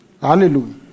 Hallelujah